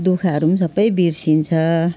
दुःखहरू सबै बिर्सिन्छ